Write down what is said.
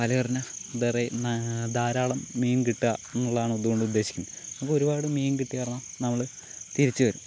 വലയെറിഞ്ഞാൽ നിറയെ ധാരാളം മീൻ കിട്ടുകയെന്നുള്ളതാണ് അതുകൊണ്ട് ഉദ്ദേശിക്കുന്നത് അപ്പോൾ ഒരുപാട് മീൻ കിട്ടിയ കാരണം നമ്മള് തിരിച്ച് വരും